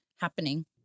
happening